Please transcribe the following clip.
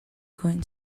going